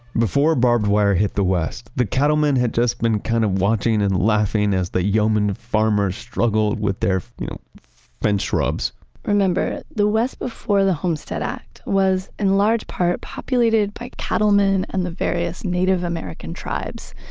before barbed wire hit the west, the cattleman had just been kind of watching and laughing as the yeoman farmers struggled with their fence shrubs remember, the west before the homestead act was in large part populated by cattlemen and the various native american tribes.